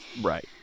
Right